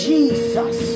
Jesus